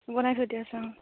বনাই থৈ দিয়া আছে অ